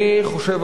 אני חושב,